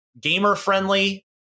gamer-friendly